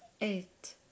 Eight